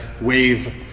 wave